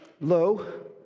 Low